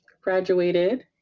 graduated